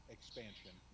Expansion